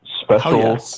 special